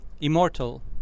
immortal